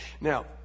Now